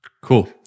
cool